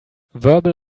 verbal